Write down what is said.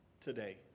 today